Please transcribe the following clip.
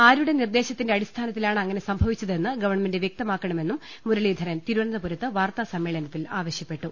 ആരുടെ നിർദേശത്തിന്റെ അടി സ്ഥാനത്തിലാണ് അങ്ങനെ സംഭവിച്ചതെന്ന് ഗവൺമെന്റ് വ്യക്ത മാക്കണമെന്നും മുരളീധരൻ തിരുവനന്തപുരത്ത് വാർത്താസമ്മേ ളനത്തിൽ ആവശ്യപ്പെട്ടു